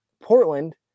Portland